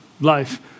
life